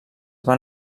van